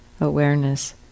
awareness